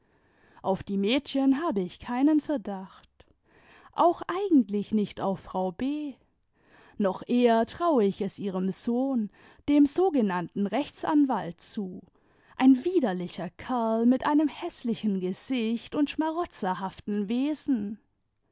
auf die mädchen habe ich keinen verdacht auch eigentlich nicht auf frau b noch eher traue ich es ihrem sohn dem sogenannten rechtsanwalt zu ein widerlicher kerl mit einem häßlichen gesicht und schmarotzerhaften wesen